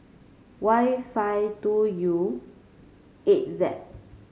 Y five two U eight Z